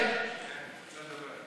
גיליוטינה היא חציית קו אדום,